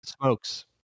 smokes